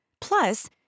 Plus